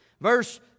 Verse